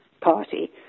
party